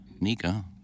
Nika